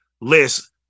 list